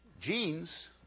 genes